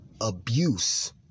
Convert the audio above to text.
abuse